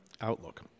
outlook